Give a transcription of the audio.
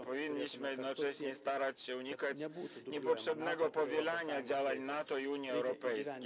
Powinniśmy jednocześnie starać się unikać niepotrzebnego powielania działań NATO i Unii Europejskiej.